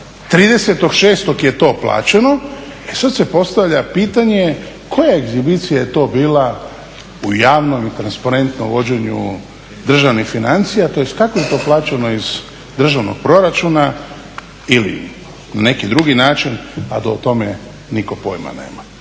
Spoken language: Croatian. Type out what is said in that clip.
30.6. je to plaćeno. E sad se postavlja pitanje koja je egzibicija to bila u javnom i transparentnom vođenju državnih financija, tj. kako je to plaćeno iz državnog proračuna ili na neki drugi način, a da o tome nitko pojma nema.